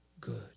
good